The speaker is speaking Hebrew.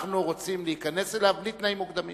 אנחנו רוצים להיכנס אליו בלי תנאים מוקדמים,